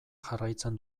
jarraitzen